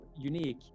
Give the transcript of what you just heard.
unique